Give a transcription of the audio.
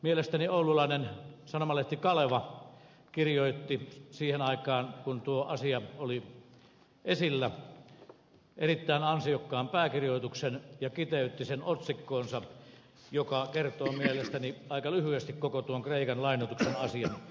mielestäni oululainen sanomalehti kaleva kirjoitti siihen aikaan kun asia oli esillä erittäin ansiokkaan pääkirjoituksen ja kiteytti sen otsikkoonsa pienemmän riesan tie joka kertoo mielestäni aika lyhyesti koko kreikan lainoituksen asian